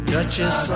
Duchess